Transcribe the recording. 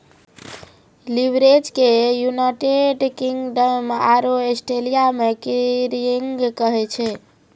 leverage के United Kingdom आरो Australia मे गियरिंग कहै छै